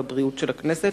הרווחה והבריאות של הכנסת,